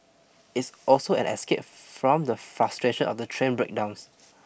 it's also an escape from the frustration of the train breakdowns